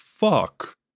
Fuck